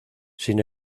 sin